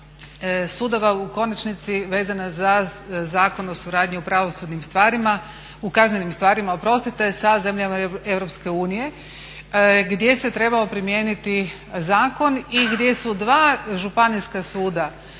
sudova u konačnici vezana za Zakon o suradnji u pravosudnim stvarima, u kaznenim stvarima oprostite sa zemljama EU gdje se trebao primijeniti zakon i gdje su dva županijska suda